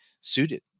suited